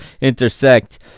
intersect